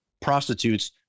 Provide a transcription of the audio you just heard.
prostitutes